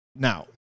Now